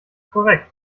korrekt